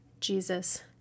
Jesus